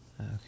okay